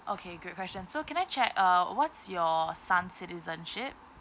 okay great question so can I check uh what's your son's citizenship